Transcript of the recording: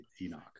Enoch